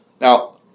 Now